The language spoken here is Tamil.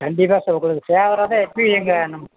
கண்டிப்பாக சார் உங்களுக்கு ஃபேவராக தான் எப்பயும் எங்கள் நம்